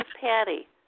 Patty